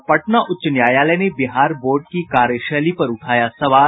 और पटना उच्च न्यायालय ने बिहार बोर्ड की कार्यशैली पर उठाया सवाल